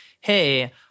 hey